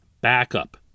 backup